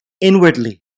inwardly